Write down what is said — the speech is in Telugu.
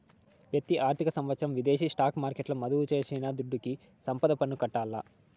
పెతి ఆర్థిక సంవత్సరం విదేశీ స్టాక్ మార్కెట్ల మదుపు చేసిన దుడ్డుకి సంపద పన్ను కట్టాల్ల